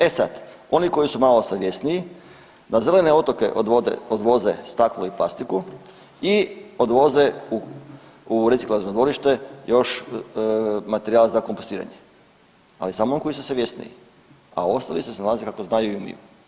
E sad oni koji su malo savjesniji na zelene otoke odvoze staklo i plastiku i odvoze u reciklažno dvorište još materijal za kompostiranje, ali samo oni koji su savjesniji a ostali se snalaze kako znaju i umiju.